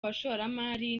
bashoramari